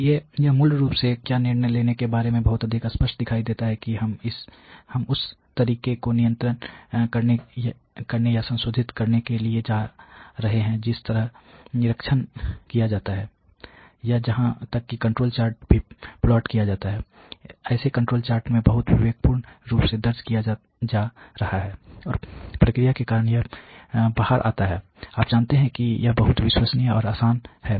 इसलिए यह मूल रूप से क्या निर्णय लेने के बारे में बहुत अधिक स्पष्ट दिखाई देता है हम उस तरीके को नियंत्रित करने या संशोधित करने के लिए ले जा रहे हैं जिस तरह निरीक्षण किया जाता है या यहां तक कि कंट्रोल चार्ट भी प्लॉट किया जाता है इसे कंट्रोल चार्ट में बहुत विवेकपूर्ण रूप से दर्ज किया जा रहा है और प्रक्रिया के कारण यह बाहर आता है आप जानते हैं कि यह बहुत विश्वसनीय और आसान है